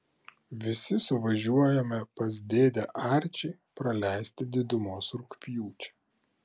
visi suvažiuojame pas dėdę arčį praleisti didumos rugpjūčio